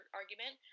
argument